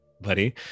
buddy